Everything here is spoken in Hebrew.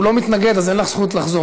הוא לא מתנגד, אז אין לך זכות לחזור.